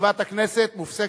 ישיבת הכנסת מופסקת,